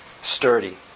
sturdy